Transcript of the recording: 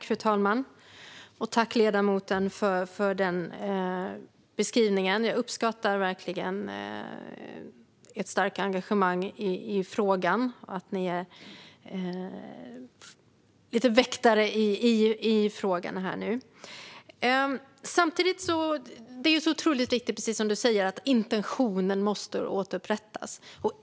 Fru talman! Tack för beskrivningen, ledamoten! Jag uppskattar verkligen ert starka engagemang i frågan och att ni är lite av väktare i frågan. Precis som ledamoten säger är det otroligt viktigt att intentionen återupprättas.